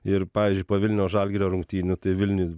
ir pavyzdžiui po vilniaus žalgirio rungtynių tai vilniuj